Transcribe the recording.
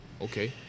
Okay